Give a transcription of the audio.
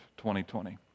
2020